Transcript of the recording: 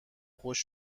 خشک